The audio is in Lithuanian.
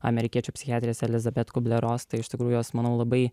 amerikiečių psichiatrės elizabet kublerost tai iš tikrųjų manau labai